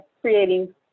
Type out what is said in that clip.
creating